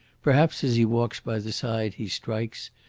perhaps as he walks by the side he strikes,